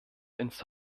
ins